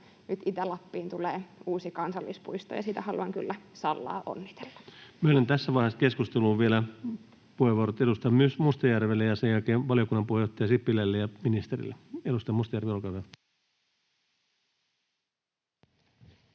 laiksi Sallan kansallispuistosta Time: 15:48 Content: Myönnän tässä vaiheessa keskustelua vielä puheenvuorot edustaja Mustajärvelle ja sen jälkeen valiokunnan puheenjohtaja Sipilälle ja ministerille. — Edustaja Mustajärvi, olkaa hyvä.